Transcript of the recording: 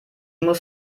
muss